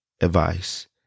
advice